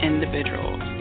Individuals